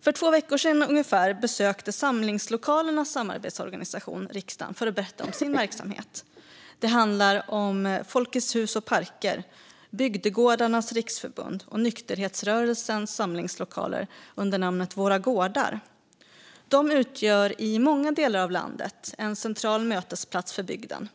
För ungefär två veckor sedan besökte samlingslokalernas samarbetsorganisation riksdagen för att berätta om sin verksamhet. Det handlar om Folkets Hus och Parker, Bygdegårdarnas Riksförbund och nykterhetsrörelsens samlingslokaler under namnet Våra Gårdar. De utgör i många delar av landet en central mötesplats för bygden.